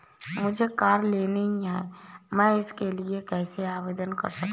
मुझे कार लेनी है मैं इसके लिए कैसे आवेदन कर सकता हूँ?